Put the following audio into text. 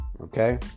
Okay